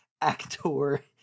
actor